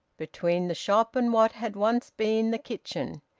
between the shop and what had once been the kitchen.